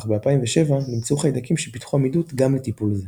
אך ב-2007 נמצאו חיידקים שפיתחו עמידות גם לטיפול זה.